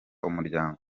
umuryango